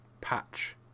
patch